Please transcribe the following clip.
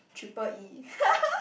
triple E